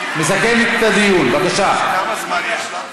הוא אמר מיקי זוהר.